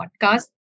podcast